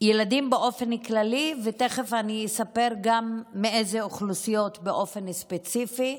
ילדים באופן כללי ותכף אני אספר גם מאיזה אוכלוסיות באופן ספציפי,